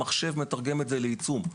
המחשב מתרגם את זה לעיצום.